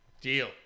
Deal